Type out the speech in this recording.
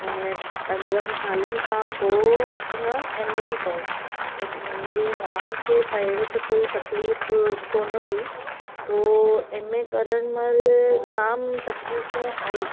ऐं पंद्रहनि सालनि खां पोइ उन एमए बि कई त मुंहिंजी माउ खे पहिरियों त कोई तकलीफ़ कोन हुई पो एमए करणु महिल जाम तकलीफ़ूं आई